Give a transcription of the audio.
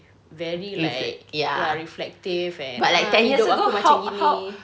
very like ya reflective and macam gini